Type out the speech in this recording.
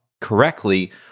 correctly